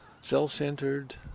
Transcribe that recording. self-centered